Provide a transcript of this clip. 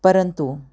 परंतु